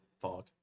fog